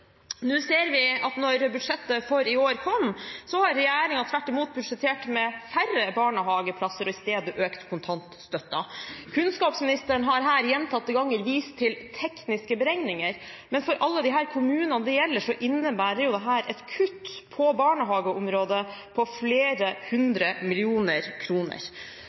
budsjettet for i år kom, hadde regjeringen tvert imot budsjettert med færre barnehageplasser og i stedet økt kontantstøtten. Kunnskapsministeren har her gjentatte ganger vist til tekniske beregninger, men for alle de kommunene dette gjelder, innebærer det jo et kutt på barnehageområdet på flere hundre millioner kroner.